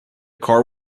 car